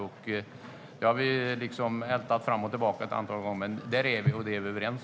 Detta har vi ältat fram och tillbaka ett antal gånger, men vi är överens.